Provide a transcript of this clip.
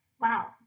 Wow